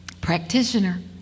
practitioner